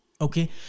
Okay